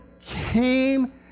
came